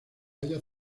haya